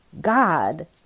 God